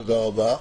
תודה רבה.